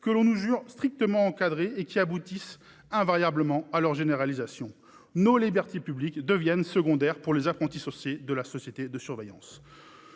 que l'on nous jure strictement encadrées, pour aboutir invariablement à des généralisations. Nos libertés publiques deviennent secondaires pour les apprentis sorciers de la société de surveillance.